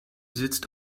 sitzt